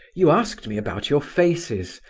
you asked me about your faces,